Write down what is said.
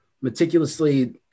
meticulously